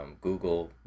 Google